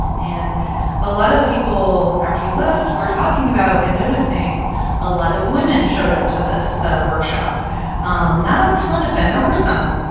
and a lot of the people, after you left, were talking about and noticing a lot of women showed up to this workshop um not a ton of men. there were some.